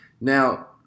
now